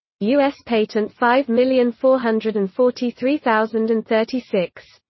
u s. patent five million four hundred and forty three thousand and thirty six,